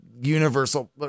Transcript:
Universal